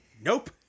Nope